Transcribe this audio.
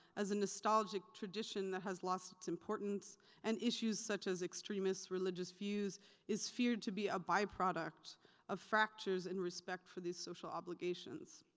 as a nostalgic tradition that has lost its importance and issues such as extremist religious views is feared to be a by-product of fractures in respect for these social obligations.